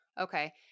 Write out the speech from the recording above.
Okay